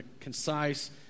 concise